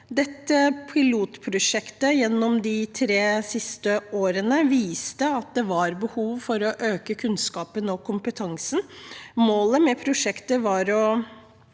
Dette pilotprosjektet har gjennom de tre siste årene vist at det er behov for å øke kunnskapen og kompetansen. Målet med prosjektet var å